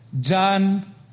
John